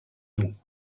nous